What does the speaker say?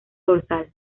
dorsal